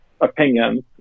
opinions